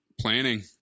Planning